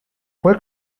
fue